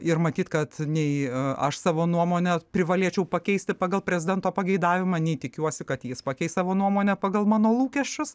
ir matyt kad nei aš savo nuomonę privalėčiau pakeisti pagal prezidento pageidavimą nei tikiuosi kad jis pakeis savo nuomonę pagal mano lūkesčius